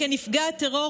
כנפגעת טרור,